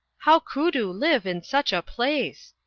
how koodoo live in such a place?